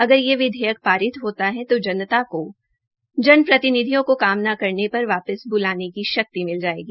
अगर यह विधेयक पारित होता है तो जनता को जन प्रतिनिधियों को काम न करने पर वापिस ब्लाने की शक्ति मिल जायेगी